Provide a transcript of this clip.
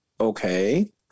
Okay